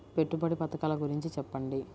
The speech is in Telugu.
పెట్టుబడి పథకాల గురించి చెప్పండి?